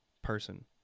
person